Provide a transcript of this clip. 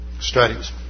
studies